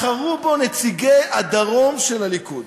בחרו בו נציגי הדרום של הליכוד.